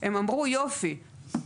איפה ואיפה.